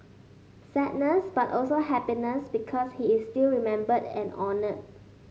sadness but also happiness because he is still remembered and honoured